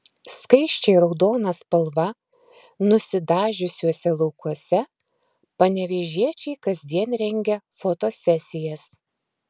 skaisčiai raudona spalva nusidažiusiuose laukuose panevėžiečiai kasdien rengia fotosesijas